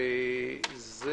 לנתינת ארכה של שלושה שבועות.